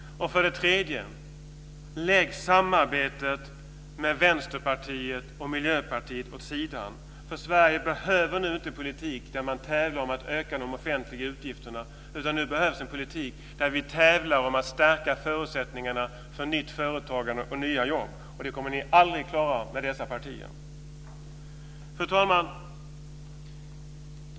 För det tredje: Lägg samarbetet med Vänsterpartiet och Miljöpartiet åt sidan, eftersom Sverige nu inte behöver en politik där man tävlar om att öka de offentliga utgifterna, utan nu behövs en politik där vi tävlar om att stärka förutsättningarna för nytt företagande och nya jobb. Och det kommer ni aldrig att klara med dessa partier. Fru talman!